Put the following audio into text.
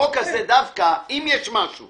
אם יש משהו